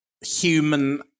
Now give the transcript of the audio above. human